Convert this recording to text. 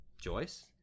Joyce